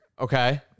Okay